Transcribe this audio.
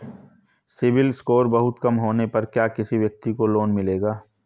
CIBIL score बहुत कम होने पर क्या किसी व्यक्ति को लोंन मिलेगा?